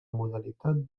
modalitat